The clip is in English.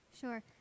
Sure